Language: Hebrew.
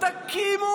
"תקימו